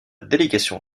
délégation